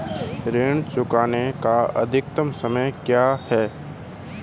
ऋण चुकाने का अधिकतम समय क्या है?